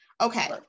Okay